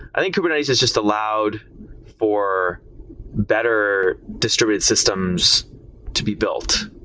i think kubernetes has just allowed for better distributed systems to be built,